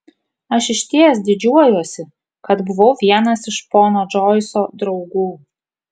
aš išties didžiuojuosi kad buvau vienas iš pono džoiso draugų